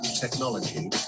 technology